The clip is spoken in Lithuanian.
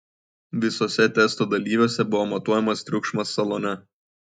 visuose testo dalyviuose buvo matuojamas triukšmas salone